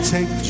Take